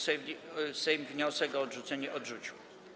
Sejm wniosek o odrzucenie odrzucił.